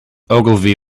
ogilvy